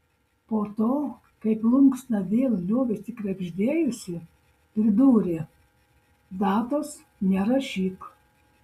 po to kai plunksna vėl liovėsi krebždėjusi pridūrė datos nerašyk